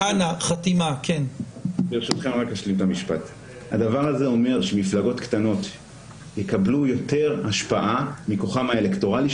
הדבר הזה אומר שמפלגות קטנות יקבלו יותר השפעה מכוחם האלקטורלי,